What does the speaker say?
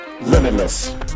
Limitless